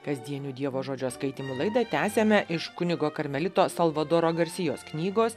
kasdienių dievo žodžio skaitymų laidą tęsiame iš kunigo karmelito salvadoro garsijos knygos